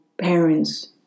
parents